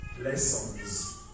lessons